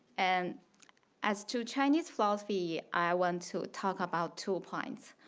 and as to chinese philosophy, i want to talk about two points.